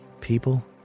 people